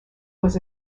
was